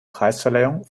preisverleihung